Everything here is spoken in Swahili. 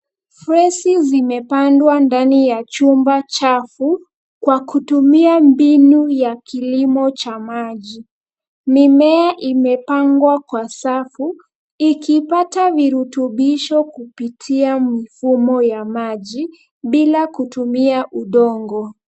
Freesi zimepandwa ndani ya chumba chafu, kwa kutumia mbinu ya kilimo cha maji. Mimea imepangwa kwa safu, ikipata virutubisho kupitia mfumo ya maji bila kutumia udongo.